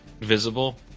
visible